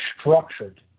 structured